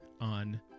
on